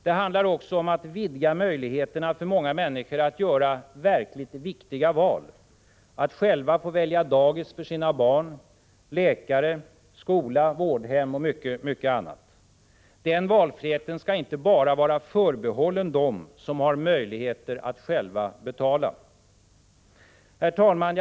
Det handlar också om att vidga möjligheterna för många människor att göra verkligt viktiga val, att själva få välja dagis för sina barn, läkare, skola, vårdhem och mycket annat. Den valfriheten skall inte bara vara förbehållen dem som har möjligheter att själva betala. Herr talman!